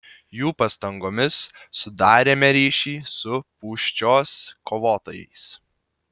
jų pastangomis sudarėme ryšį su pūščios kovotojais